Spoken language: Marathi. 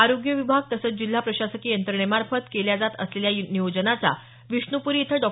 आरोग्य विभाग तसंच जिल्हा प्रशासकीय यंत्रणेमार्फत केल्या जात असलेल्या नियोजनाचा विष्णुपुरी इथं डॉ